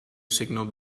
signal